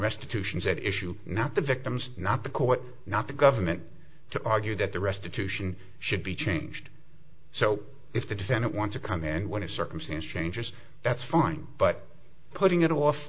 restitution said issue not the victims not the court not the government to argue that the restitution should be changed so if the defendant want to come in when a circumstance changes that's fine but putting it off